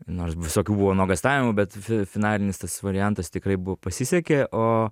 nors visokių buvo nuogąstavimų bet finalinis tas variantas tikrai buvo pasisekė o